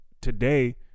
today